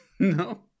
No